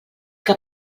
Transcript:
que